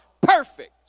perfect